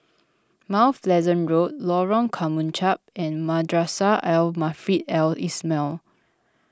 Mount Pleasant Road Lorong Kemunchup and Madrasah Al Maarif Al Islamiah